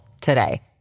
today